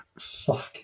fuck